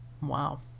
Wow